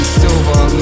silver